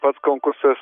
pats konkursas